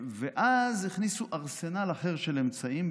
ואז הכניסו ארסנל אחר של אמצעים,